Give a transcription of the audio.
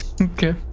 okay